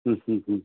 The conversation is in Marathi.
हं हं हं